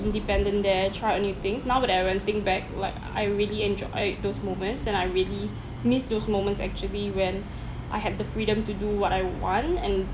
independent there tried out new things now then when I think back like I really enjoy those moments and I really miss those moments actually when I had the freedom to do what I want and